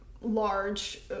large